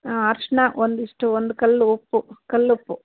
ಹಾಂ ಅರಿಶ್ಣ ಒಂದಿಷ್ಟು ಒಂದು ಕಲ್ಲು ಉಪ್ಪು ಕಲ್ಲುಪ್ಪು